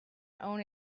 own